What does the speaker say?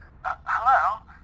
hello